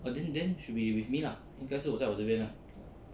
oh then then should be with me lah 应该是我在我这边 ah